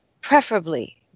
preferably